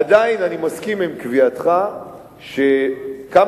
עדיין אני מסכים עם קביעתך על כמה